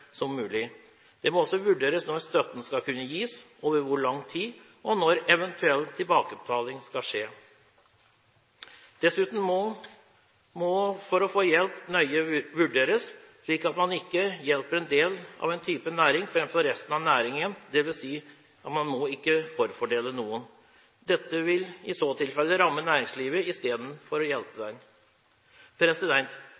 som mulig. Det må også vurderes når støtten skal kunne gis, over hvor lang tid, og når eventuell tilbakebetaling skal skje. Dessuten må hjelp nøye vurderes slik at man ikke hjelper én type næring framfor andre næringer, dvs. at man ikke må forfordele noen. Dette vil i så fall ramme næringslivet – i steden for å hjelpe.